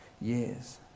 years